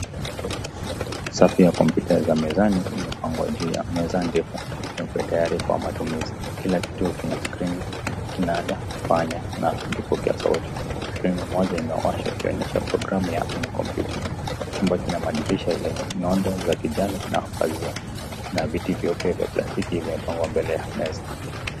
Safu ya kompyuta za mezani imepangwa juu ya meza ndefu nyeupe tayari kwa matumizi. Kila kituo kina skrini, kinanda, panya na vipokea sauti. Skrini moja imewashwa ikionyesha programu ya in computing. Chumba kina madirisha yenye nondo za kijani na pazia na viti vyeupe vya plastiki vimepangwa mbele ya meza.